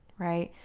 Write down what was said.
right.